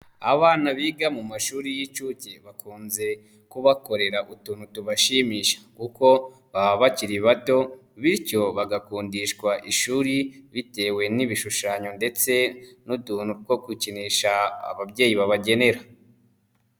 Abana biga mu mashuri y'inshuke bakunze kubakorera utuntu tubashimisha kuko baba bakiri bato bityo bagakundishwa ishuri bitewe n'ibishushanyo ndetse n'utuntu two gukinisha ababyeyi babagenera.